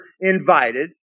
invited